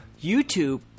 YouTube